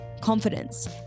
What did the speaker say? confidence